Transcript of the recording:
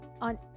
on